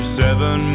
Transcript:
seven